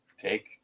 Take